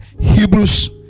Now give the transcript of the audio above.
Hebrews